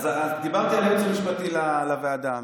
דיברתי על הייעוץ המשפטי לוועדה,